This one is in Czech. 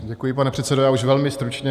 Děkuji, pane předsedo, já už velmi stručně.